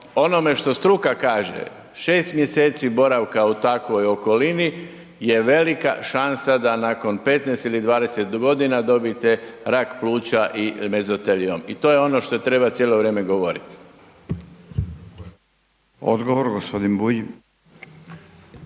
onome što struka kaže, 6 mj. boravka u takvoj okolini je velika šansa da nakon 15 ili 20 g. dobijete rak pluća i mezoteliom i to je ono što treba cijelo vrijeme govoriti. **Radin,